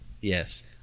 Yes